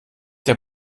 der